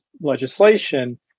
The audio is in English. legislation